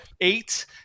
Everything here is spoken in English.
eight